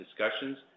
discussions